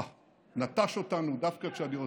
אה, נטש אותנו דווקא כשאני רוצה.